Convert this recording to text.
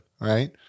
right